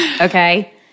okay